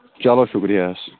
چلو شُکریہ حظ